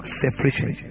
separation